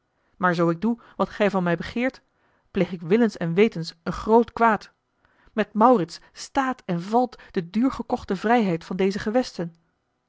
maar zoo ik doe wat gij van mij begeert pleeg ik willens en wetens een groot kwaad met maurits staat en valt de duurgekochte vrijheid van deze gewesten